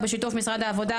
ובשיתוף משרד העבודה,